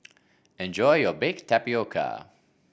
enjoy your Baked Tapioca